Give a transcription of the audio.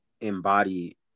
embody